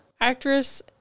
actress